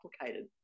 complicated